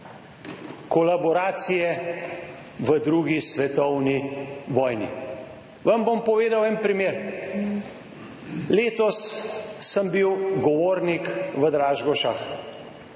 kolaboracije v drugi svetovni vojni. Vam bom povedal en primer. Letos sem bil govornik v Dražgošah.